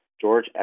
George